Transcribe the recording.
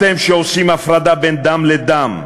אתם, שעושים הפרדה בין דם לדם,